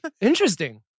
Interesting